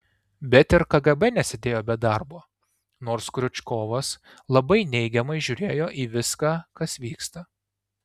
bet ir kgb nesėdėjo be darbo nors kriučkovas labai neigiamai žiūrėjo į viską kas vyksta